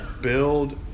Build